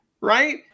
right